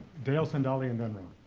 dale cendali and i mean